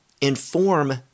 inform